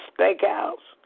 Steakhouse